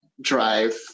drive